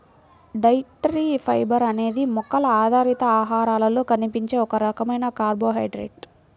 dietary fibre అనేది మొక్కల ఆధారిత ఆహారాలలో కనిపించే ఒక రకమైన కార్బోహైడ్రేట్